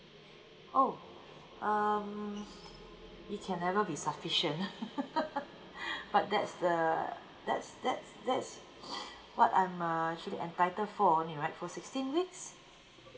oh um okay it can never be sufficient but that's the that's that's that's what I'm uh actually entitle for only right for sixteen weeks